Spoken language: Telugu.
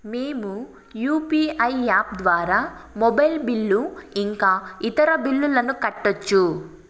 మేము యు.పి.ఐ యాప్ ద్వారా మొబైల్ బిల్లు ఇంకా ఇతర బిల్లులను కట్టొచ్చు